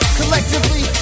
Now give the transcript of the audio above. Collectively